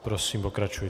Prosím, pokračujte.